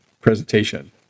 presentation